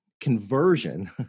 conversion